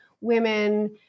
women